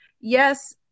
Yes